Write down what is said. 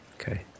Okay